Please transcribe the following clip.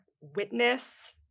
witness